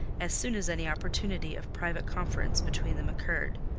as soon as any opportunity of private conference between them occurred.